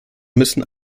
müssen